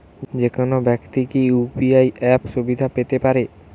যেকোনো ব্যাক্তি কি ইউ.পি.আই অ্যাপ সুবিধা পেতে পারে?